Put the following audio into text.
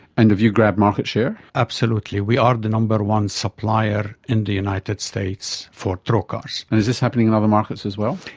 and have you grabbed market share? absolutely, we are the number one supplier in the united states for trocars. and is this happening in other markets as well?